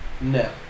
No